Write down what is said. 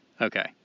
Okay